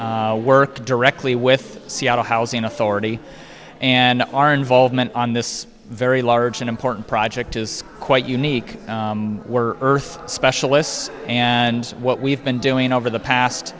work directly with seattle housing authority and our involvement on this very large and important project is quite you week we're earth specialists and what we've been doing over the past